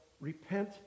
repent